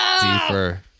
deeper